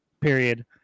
period